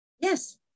Yes